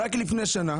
רק לפני שנה